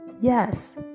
Yes